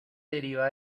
deriva